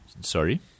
Sorry